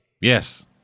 Yes